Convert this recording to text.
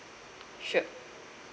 sure